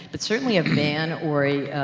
but certainly a van or a,